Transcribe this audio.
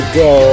go